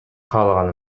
каалаган